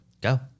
Go